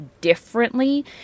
differently